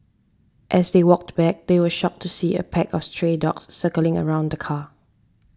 as they walked back they were shocked to see a pack of stray dogs circling around the car